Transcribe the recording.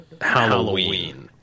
Halloween